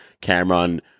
Cameron